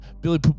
Billy